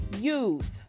youth